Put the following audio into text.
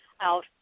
out